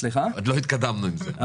עוד לא התקדמנו עם זה.